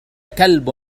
كلب